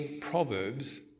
Proverbs